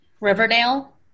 riverdale